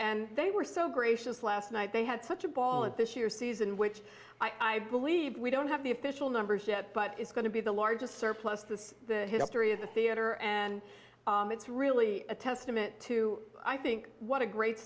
and they were so gracious last night they had such a ball at this year's season which i believe we don't have the official numbers yet but it's going to be the largest surplus this history of the theater and it's really a testament to i think what a great